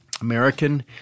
American